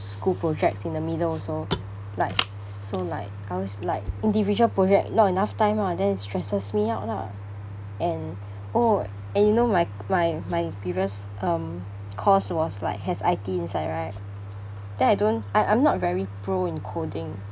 school projects in the middle also like so like I always like individual project not enough time lah then it stresses me out lah and oh and you know my my my previous um course was like have I_T inside right then I don't I I'm not very pro in coding